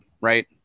right